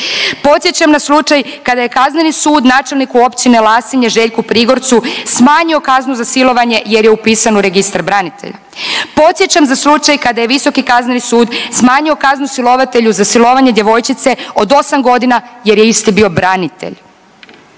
Podsjećam na slučaj kada je Kazneni sud načelniku Općine Lasinje Željku Prigorcu smanjio kaznu za silovanje jer je upisan u registar branitelja. Podsjećam na slučaj kada je Visoki kazneni sud smanjio kaznu silovatelju za silovanje djevojčice od osam godina jer je isti bio branitelj.